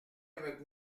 avec